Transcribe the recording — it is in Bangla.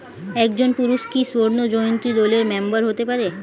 একজন পুরুষ কি স্বর্ণ জয়ন্তী দলের মেম্বার হতে পারে?